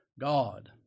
God